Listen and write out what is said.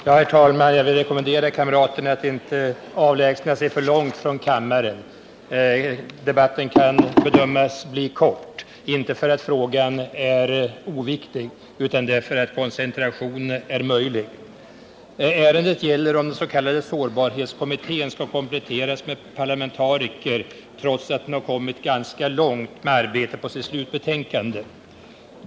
Herr talman! Jag vill rekommendera kamraterna att inte avlägsna sig för långt från kammaren. Debatten kan bedömas bli kort — inte för att frågan är oviktig, utan därför att koncentration är möjlig. Ärendet gäller om den s.k. sårbarhetskommittén skall kompletteras med parlamentariker trots att den har kommit ganska långt med arbetet på sitt slutbetänkande.